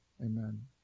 amen